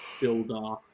builder